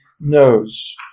knows